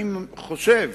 אני חושב